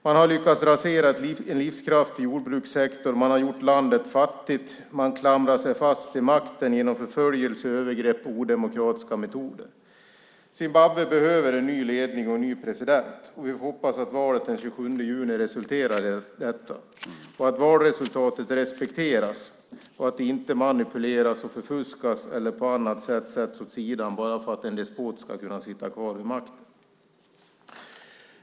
Man har lyckats rasera en livskraftig jordbrukssektor. Man har gjort landet fattigt. Man klamrar sig fast vid makten genom förföljelse, övergrepp och odemokratiska metoder. Zimbabwe behöver en ny ledning och en ny president, och vi hoppas att valet den 27 juni resulterar i detta och att valresultatet respekteras, inte manipuleras och förfuskas eller på annat sätt sätts åt sidan bara för att en despot ska kunna sitta kvar vid makten.